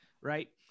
right